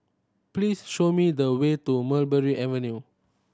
please show me the way to Mulberry Avenue